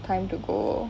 time to go